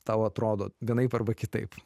tau atrodo vienaip arba kitaip